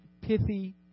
pithy